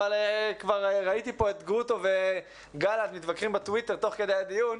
אבל ראיתי פה כבר את גרוטו ואת גלנט מתווכחים בטוויטר תוך כדי הדיון.